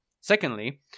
Secondly